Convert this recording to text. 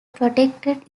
protected